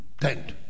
tent